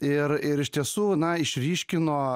ir ir iš tiesų na išryškino